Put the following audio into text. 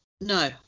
No